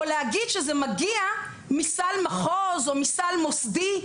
או להגיד שזה מגיע מסל מחוז או מוסדי.